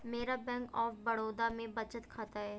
मेरा bank of Baroda में बचत खाता है